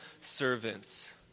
servants